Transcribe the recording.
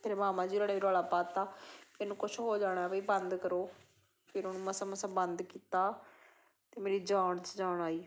ਮੇਰੇ ਮਾਮਾ ਜੀ ਹੋਰਾਂ ਨੇ ਵੀ ਰੌਲਾ ਪਾ ਤਾ ਇਹਨੂੰ ਕੁਛ ਹੋ ਜਾਣਾ ਵੀ ਬੰਦ ਕਰੋ ਫਿਰ ਉਹਨਾਂ ਮਸਾਂ ਮਸਾਂ ਬੰਦ ਕੀਤਾ ਅਤੇ ਮੇਰੀ ਜਾਨ 'ਚ ਜਾਨ ਆਈ